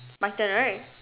my turn right